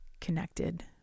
connected